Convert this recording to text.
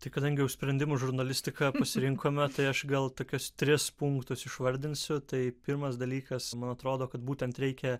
tai kadangi sprendimų žurnalistiką pasirinkome tai aš gal tokius tris punktus išvardinsiu tai pirmas dalykas man atrodo kad būtent reikia